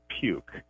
puke